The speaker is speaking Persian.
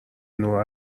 نور